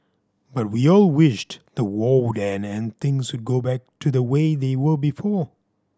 but we all wished the war would end and things would go back to the way they were before